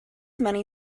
money